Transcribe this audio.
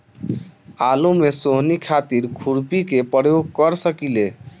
आलू में सोहनी खातिर खुरपी के प्रयोग कर सकीले?